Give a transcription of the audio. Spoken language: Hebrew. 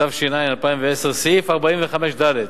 התש"ע 2010, סעיף 45(ד),